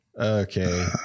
Okay